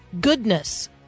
goodness